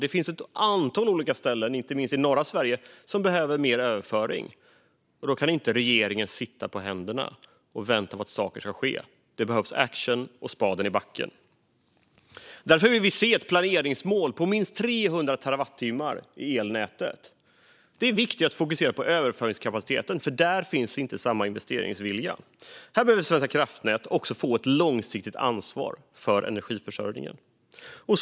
Det finns ett antal olika ställen, inte minst i norra Sverige, som behöver mer överföring. Då kan inte regeringen sitta på händerna och vänta på att saker ska ske. Det behövs action och spaden i backen. Därför vill vi se ett planeringsmål på minst 300 terawattimmar i elnätet. Det är viktigt att fokusera på överföringskapaciteten, för där finns inte samma investeringsvilja. Här behöver också Svenska kraftnät få ett långsiktigt ansvar för energiförsörjningen.